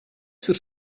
zur